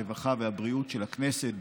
הרווחה והבריאות של הכנסת,